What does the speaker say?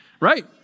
Right